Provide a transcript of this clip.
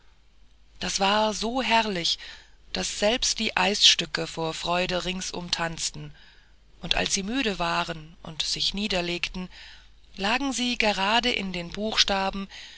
das war so herrlich daß selbst die eisstücke vor freude ringsumher tanzten und als sie müde waren und sich niederlegten lagen sie gerade in den buchstaben